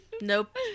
Nope